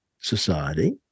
society